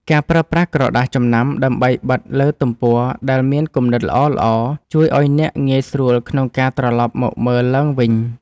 ការប្រើប្រាស់ក្រដាសចំណាំ ដើម្បីបិទលើទំព័រដែលមានគំនិតល្អៗ ជួយឱ្យអ្នកងាយស្រួលក្នុងការត្រឡប់មកមើលឡើងវិញ។